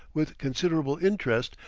with considerable interest,